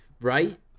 Right